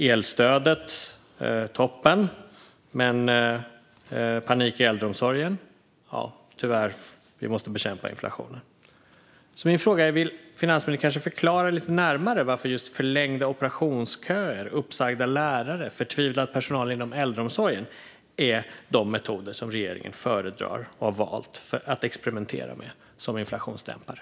Elstödet är toppen, men när det gäller att det är panik i äldreomsorgen menar man: Ja, tyvärr, vi måste bekämpa inflationen. Vill finansministern kanske förklara lite närmare varför just förlängda operationsköer, uppsagda lärare och förtvivlad personal inom äldreomsorgen är de metoder som regeringen föredrar och har valt att experimentera med som inflationsdämpare?